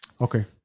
Okay